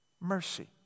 mercy